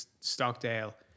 Stockdale